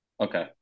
Okay